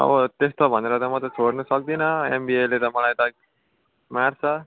अब त्यस्तो भनेर त म त छोड्नु सक्दिनँ एमबिआइले त मलाई त मार्छ